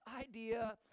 idea